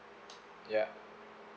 ya